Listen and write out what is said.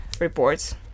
reports